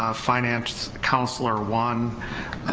ah finance counselor one,